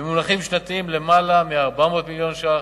במונחים שנתיים, למעלה מ-400 מיליון שקלים.